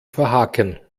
verhaken